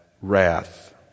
wrath